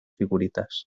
figuritas